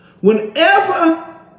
Whenever